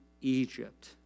Egypt